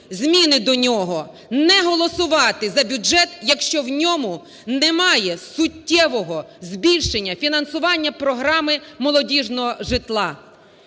зміни до нього, не голосувати за бюджет, якщо в ньому немає суттєвого збільшення фінансування програми молодіжного житла.